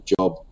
job